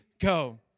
go